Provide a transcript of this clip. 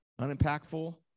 unimpactful